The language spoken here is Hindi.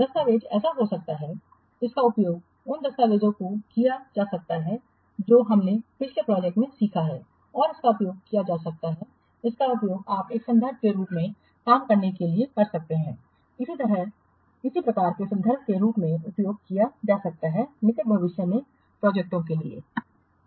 दस्तावेज़ ऐसा हो सकता है इसका उपयोग उस दस्तावेज़ को किया जा सकता है जो हमने पिछली प्रोजेक्ट से सीखा है और इसका उपयोग किया जा सकता है इसका उपयोग आप एक संदर्भ के रूप में काम करने के लिए कर सकते हैं इसे इसी प्रकार के संदर्भ के रूप में उपयोग किया जा सकता है निकट भविष्य में प्रोजेक्टओं की